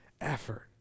effort